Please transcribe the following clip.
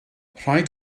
rhaid